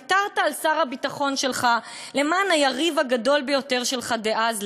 ויתרת על שר הביטחון שלך למען היריב הגדול ביותר שלך דאז,